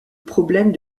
problème